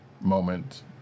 moment